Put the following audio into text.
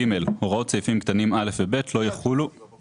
"(ג) הוראות סעיפים קטנים (א) ו-(ב) לא יחולו